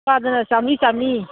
ꯅꯨꯄꯥꯗꯅ ꯆꯥꯝꯃꯔꯤ ꯆꯥꯝꯃꯔꯤ